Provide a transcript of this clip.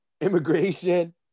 immigration